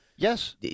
Yes